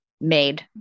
made